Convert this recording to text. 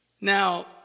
now